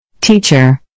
Teacher